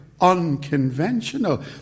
unconventional